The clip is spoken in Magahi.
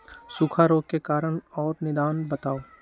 सूखा रोग के कारण और निदान बताऊ?